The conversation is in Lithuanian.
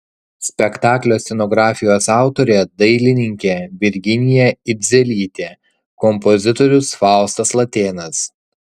spektaklio scenografijos autorė dailininkė virginija idzelytė kompozitorius faustas latėnas